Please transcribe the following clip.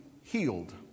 healed